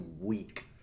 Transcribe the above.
week